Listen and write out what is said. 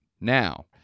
now